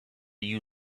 you